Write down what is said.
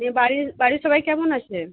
এ বাড়ির বাড়ির সবাই কেমন আছেন